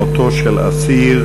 מותו של אסיר.